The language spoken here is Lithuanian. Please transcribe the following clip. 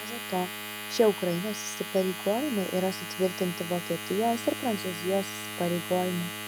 maža to šie ukrainos įsipareigojimai yra sutvirtinti vokietijos ir prancūzijos įsipareigojimų